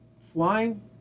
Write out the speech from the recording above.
Flying